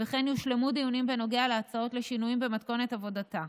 וכן יושלמו דיונים בנוגע להצעות לשינויים במתכונת עבודתה,